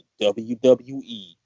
WWE